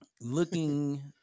looking